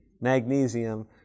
magnesium